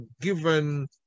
given